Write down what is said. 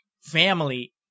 family